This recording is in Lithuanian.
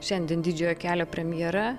šiandien didžiojo kelio premjera